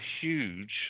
huge